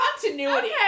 continuity